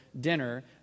dinner